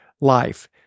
life